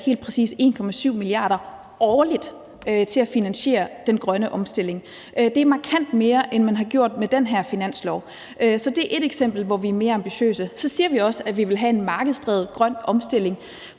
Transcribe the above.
helt præcis 1,7 mia. kr. årligt, til at finansiere den grønne omstilling. Det er markant mere, end man har gjort med den her finanslov, så det er ét eksempel, hvor vi er mere ambitiøse. Så siger vi også, at vi vil have en markedsdrevet grøn omstilling,